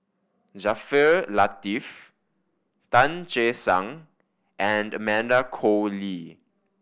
Jaafar Latiff Tan Che Sang and Amanda Koe Lee